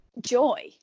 joy